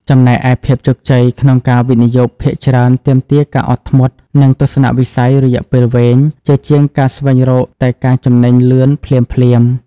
ចំណែកឯ ភាពជោគជ័យក្នុងការវិនិយោគភាគច្រើនទាមទារការអត់ធ្មត់ និងទស្សនវិស័យរយៈពេលវែង ជាជាងការស្វែងរកតែការចំណេញលឿនភ្លាមៗ។